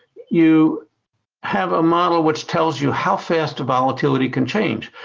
you have a model which tells you how fast a volatility can change.